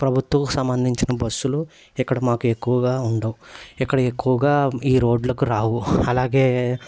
ప్రభుత్వం సంబంధించిన బస్సులు ఇక్కడ మాకు ఎక్కువగా ఉండవు ఇక్కడ ఎక్కువగా ఈ రోడ్లోకి రావు అలాగే